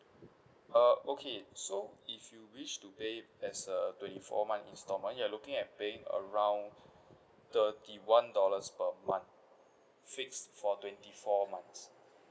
uh okay so if you wish to pay as a twenty four months instalment you are looking at paying around thirty one dollars per month fixed for twenty four months